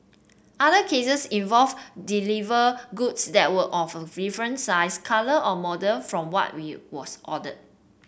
other cases involved deliver goods that were of a different size colour or model from what was ordered